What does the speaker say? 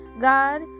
God